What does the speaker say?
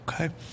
okay